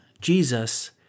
Jesus